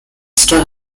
star